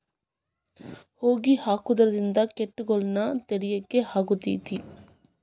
ಹೊಗಿ ಹಾಕುದ್ರಿಂದ ಕೇಟಗೊಳ್ನ ತಡಿಯಾಕ ಆಕ್ಕೆತಿ?